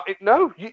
No